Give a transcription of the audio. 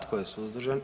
Tko je suzdržan?